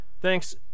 Thanks